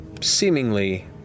seemingly